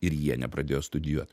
ir jie nepradėjo studijuot